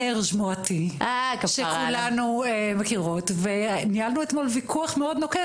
סרג' מואטי שכולנו מכירות וניהלנו אתמול וויכוח מאוד נוקב,